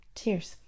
Cheers